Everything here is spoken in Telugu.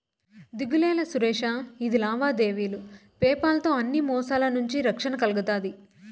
దిగులేలా సురేషా, ఇది లావాదేవీలు పేపాల్ తో అన్ని మోసాల నుంచి రక్షణ కల్గతాది